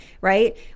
right